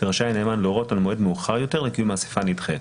הנאמן להורות על מועד מאוחר יותר לקיום האסיפה הנדחית",